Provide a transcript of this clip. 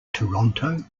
toronto